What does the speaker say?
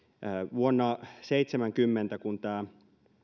vuonna seitsemänkymmentä kun tämä